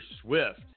swift